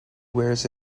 wears